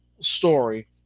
story